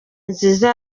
nziza